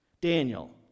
Daniel